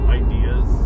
ideas